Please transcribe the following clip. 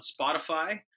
Spotify